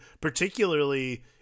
particularly